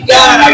God